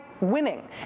winning